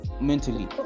Mentally